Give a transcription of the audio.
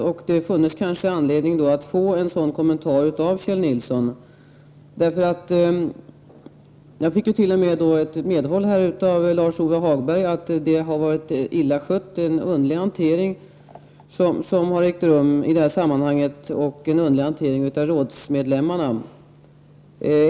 Det funnes därför kanske anledning att få en kommentar av Kjell Nilsson. Jag fick ju t.o.m. medhåll av Lars-Ove Hagberg om att det hela har skötts illa och att det i detta sammanhang har varit fråga om en underlig hantering av rådsmedlemmarna.